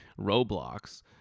Roblox